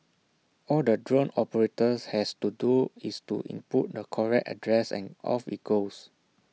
all the drone operator has to do is to input the correct address and off IT goes